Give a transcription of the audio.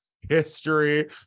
history